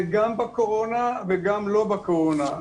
זה גם בתקופת הקורונה וגם לא בתקופת הקורונה.